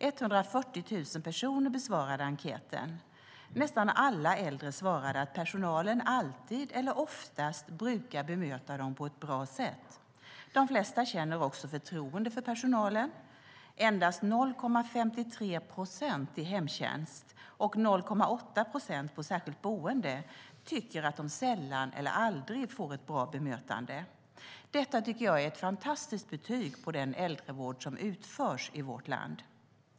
140 000 personer besvarade enkäten. Nästan alla äldre svarade att personalen alltid eller oftast brukar bemöta dem på ett bra sätt. De flesta känner också förtroende för personalen. Endast 0,53 procent i hemtjänst och 0,8 procent på särskilt boende tycker att de sällan eller aldrig får ett bra bemötande. Detta tycker jag är ett fantastiskt betyg på den äldrevård som utförs i vårt land.